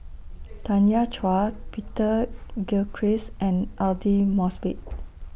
Tanya Chua Peter Gilchrist and Aidli Mosbit